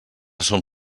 som